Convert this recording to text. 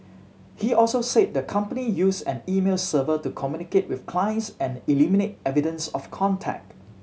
he also said the company used an email server to communicate with clients and eliminate evidence of contact